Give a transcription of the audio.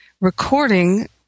recording